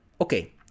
Okay